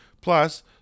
Plus